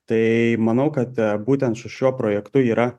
tai manau kad būtent su šiuo projektu yra